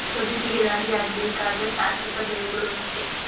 ಬದುಕಿಗೆ ದಾರಿಯಾಗಬೇಕಾದ್ರ ಶಾಶ್ವತ ಬೆಳೆಗಳು ಮುಖ್ಯ